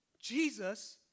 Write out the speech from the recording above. Jesus